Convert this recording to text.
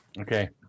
Okay